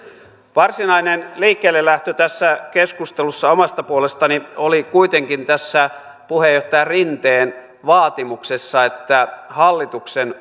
varsinainen liikkeellelähtö tässä keskustelussa omasta puolestani oli kuitenkin tässä puheenjohtaja rinteen vaatimuksessa että hallituksen